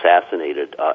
assassinated